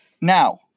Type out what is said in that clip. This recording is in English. Now